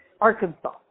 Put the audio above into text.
Arkansas